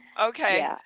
Okay